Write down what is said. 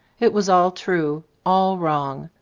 it was all true, all wrong